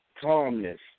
calmness